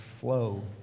flow